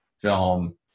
film